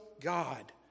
God